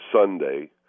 Sunday